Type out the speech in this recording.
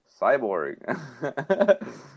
Cyborg